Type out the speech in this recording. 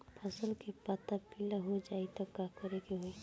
फसल के पत्ता पीला हो जाई त का करेके होई?